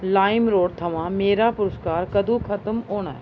LimeRoad थमां मेरा पुरस्कार कदूं खत्म होना ऐ